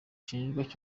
cyo